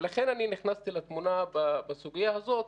ולכן נכנסתי לתמונה בסוגיה הזאת.